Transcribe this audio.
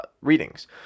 readings